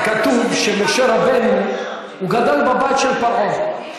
רציתי שתגיד דבר תורה, באמת.